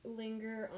linger